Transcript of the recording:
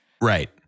Right